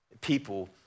people